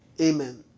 Amen